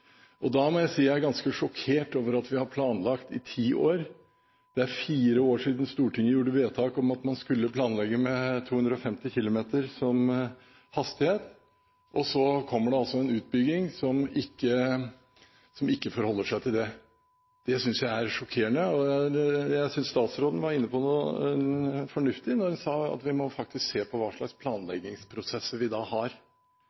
Da må jeg si jeg er ganske sjokkert over at vi har planlagt i ti år – det er fire år siden Stortinget gjorde vedtak om at man skulle planlegge med 250 km/t som hastighet – og så kommer det en utbygging som ikke forholder seg til det. Det synes jeg er sjokkerende. Jeg synes statsråden var inne på noe fornuftig da hun sa at vi må faktisk se på hva slags planleggingsprosesser vi har.